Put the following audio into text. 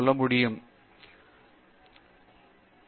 தேஷ்பாண்டே ஆமாம்